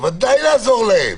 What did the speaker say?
בוודאי לעזור להם.